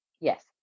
Yes